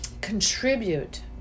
contribute